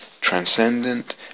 transcendent